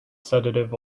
sedative